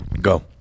Go